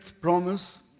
promise